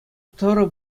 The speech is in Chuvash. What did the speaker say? тӑрӑ